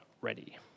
ready